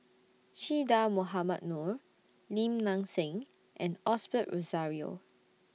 Che Dah Mohamed Noor Lim Nang Seng and Osbert Rozario